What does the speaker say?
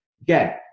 again